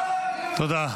תודה.